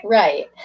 right